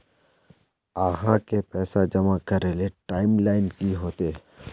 आहाँ के पैसा जमा करे ले टाइम लाइन की होते?